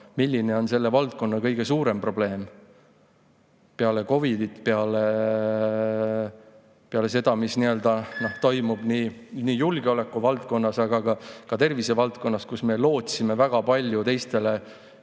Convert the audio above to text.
unikaalne – selle valdkonna kõige suurem probleem peale COVID-it, peale seda, mis on toimunud julgeolekuvaldkonnas, aga ka tervisevaldkonnas, kus me lootsime väga palju teiste